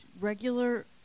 regular